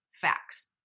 facts